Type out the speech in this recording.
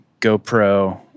GoPro